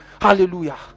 Hallelujah